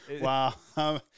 Wow